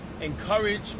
encourage